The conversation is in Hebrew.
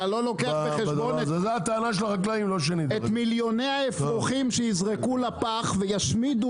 אתה לא לוקח בחשבון את מיליוני האפרוחים שיזרקו לפח וישמידו